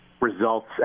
results